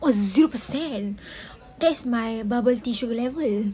oh zero percent that's my bubble tea sugar level